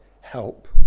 help